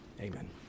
Amen